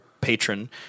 patron